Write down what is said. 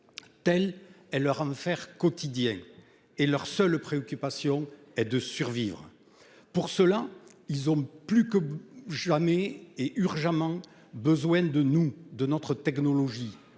de ces combattants, dont la seule préoccupation est de survivre. Pour cela, ils ont plus que jamais et urgemment besoin de nous, de notre technologie,